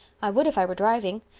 i would if i were driving.